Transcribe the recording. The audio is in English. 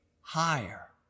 higher